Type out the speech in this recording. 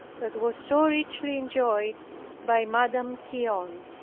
that was so richly enjoyed by madame guyon.